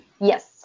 Yes